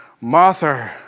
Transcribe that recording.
Martha